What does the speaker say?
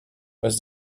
was